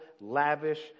lavish